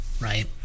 right